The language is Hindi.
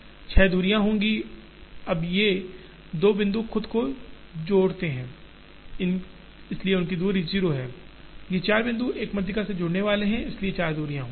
6 दूरियां होंगी अब ये दो बिंदु खुद को जोड़ते हैं इसलिए उनकी दूरी 0 है ये चार बिंदु एक माध्यिका से जुड़ने वाले हैं इसलिए 4 दूरियां होंगी